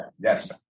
yes